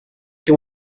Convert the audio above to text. che